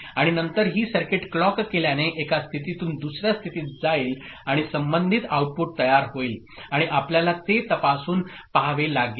आणि नंतर ही सर्किट क्लॉक केल्याने एका स्थितीतून दुसर्या स्थितीत जाईल आणि संबंधित आउटपुट तयार होईल आणि आपल्याला ते तपासून पहावे लागेल